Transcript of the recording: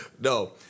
No